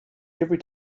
every